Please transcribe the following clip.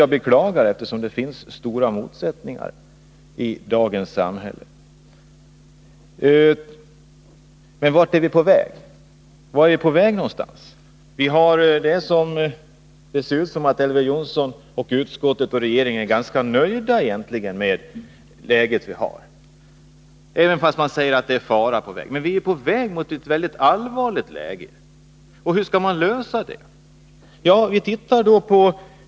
Jag beklagar det, eftersom det finns stora motsättningar i dagens samhälle. Vart är vi på väg? Det verkar som om Elver Jonsson, arbetsmarknadsutskottet och regeringen egentligen är ganska nöjda med nuvarande läge — även om de säger att det är fara å färde. Men vi är redan på väg mot ett allvarligt läge. Hur skall vi kunna hejda denna utveckling?